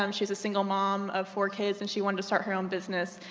um she's a single mum um of four kids, and she wanted to start her own business.